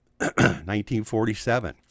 1947